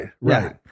Right